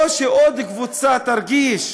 או שעוד קבוצה תרגיש